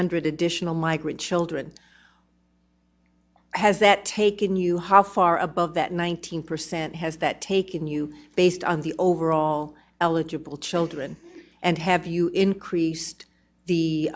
hundred additional migrant children has that taken you how far above that nineteen percent has that taken you based on the overall eligible children and have you increased the